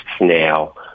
now